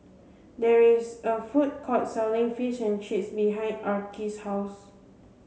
there is a food court selling Fish and Chips behind Arkie's house